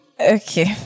Okay